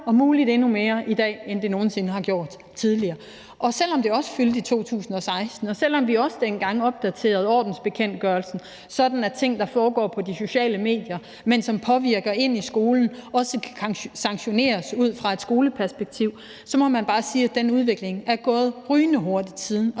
om muligt endnu mere i dag, end det nogen sinde har gjort tidligere. Selv om det også fyldte i 2016, og selv om vi også dengang opdaterede ordensbekendtgørelsen, sådan at ting, der foregår på de sociale medier, men som påvirker ind i skolen, også kan sanktioneres ud fra et skoleperspektiv, så må man bare sige, at den udvikling er gået rygende hurtigt siden,